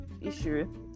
issue